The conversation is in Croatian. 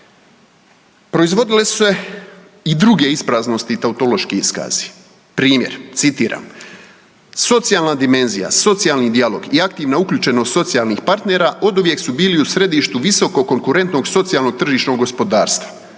Proizvodile su se i druge ispraznosti i tautološki iskazi. Primjer, citiram, socijalna dimenzija, socijalni dijalog i aktivna uključenost socijalnih partnera oduvijek su bili u središtu visokog konkurentnog socijalnog tržišnog gospodarstva,